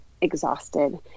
exhausted